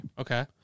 Okay